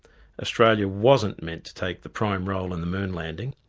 australia wasn't meant to take the prime role in the moon landing.